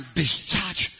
discharge